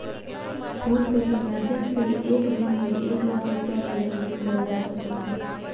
phone पे के माध्यम से एक दिन में एक लाख रुपया के लेन देन करल जा सको हय